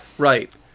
right